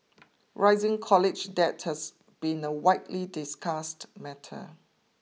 rising college debt has been a widely discussed matter